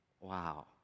wow